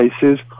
cases